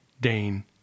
Dane